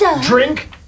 Drink